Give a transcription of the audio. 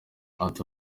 ati